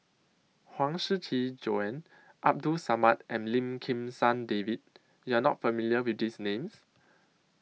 Huang Shiqi Joan Abdul Samad and Lim Kim San David YOU Are not familiar with These Names